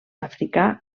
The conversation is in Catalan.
africà